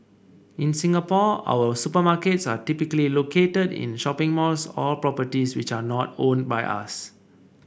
in Singapore our supermarkets are typically located in shopping malls or properties which are not owned by us